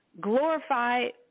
glorified